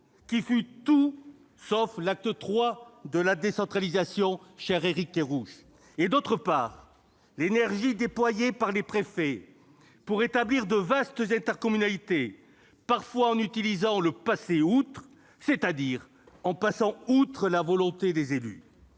qui fut tout sauf l'acte III de la décentralisation, cher Éric Kerrouche, et, d'autre part, l'énergie déployée par les préfets pour établir de vastes intercommunalités, parfois en recourant au « passer outre », c'est-à-dire en passant outre la volonté des élus.